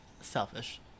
Selfish